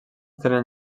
tenen